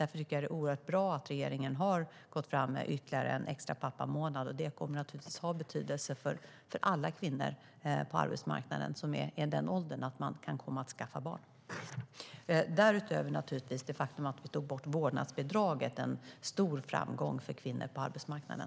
Därför tycker jag att det är oerhört bra att regeringen har gått fram med ytterligare en pappamånad. Det kommer naturligtvis att ha betydelse för alla kvinnor på arbetsmarknaden som är i den åldern att de kan komma att skaffa barn. Dessutom är det faktum att vi tog bort vårdnadsbidraget en stor framgång för kvinnor på arbetsmarknaden.